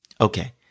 Okay